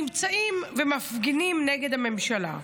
נמצאים ומפגינים נגד הממשלה.